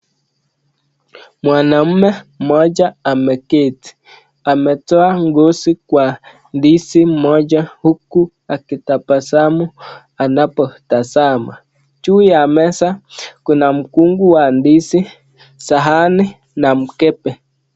Mwanaume mmoja ameketi, ametoa ngozi kwa ndizi moja huku akitabasamu anapotazama. Juu ya meza kuna mkungu wa ndizi, sahani na mkebe.